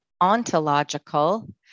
ontological